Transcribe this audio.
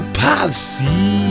policy